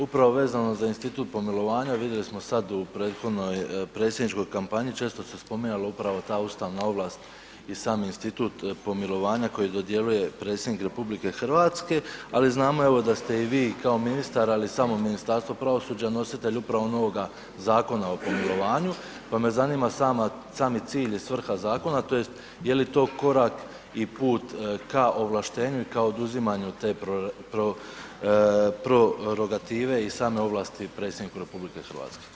Upravo vezano za institut pomilovanja, vidjeli smo sad u prethodnoj predsjedničkoj kampanji, često se spominjalo upravo ta ustavna ovlast i sami institut pomilovanja koji dodjeljuje Predsjednik RH ali znamo evo da ste i vi kao ministar ali i samo Ministarstvo pravosuđa nositelj upravo onoga Zakona o pomilovanju pa me zanima sami cilj i svrha zakona tj. je li to korak i put ka ovlaštenju i kao oduzimanju te prerogative i same ovlasti Predsjedniku RH?